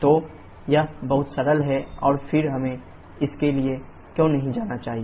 तो यह बहुत सरल है और फिर हमें इसके लिए क्यों नहीं जाना चाहिए